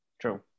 True